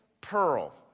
pearl